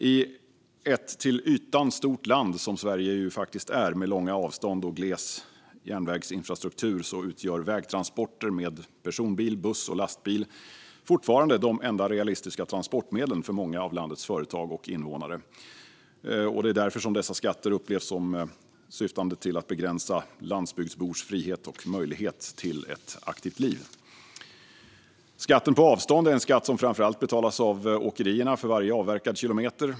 I ett till ytan stort land som Sverige med långa avstånd och gles järnvägsinfrastruktur utgör vägtransporter med personbil, buss och lastbil fortfarande de enda realistiska transportmedlen för många av landets företag och invånare. Därför upplevs dessa skatter som syftande till att begränsa landsbygdsbors frihet och möjlighet till ett aktivt liv. Skatten på avstånd är en skatt som framför allt betalas av åkerierna för varje avverkad kilometer.